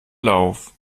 lauf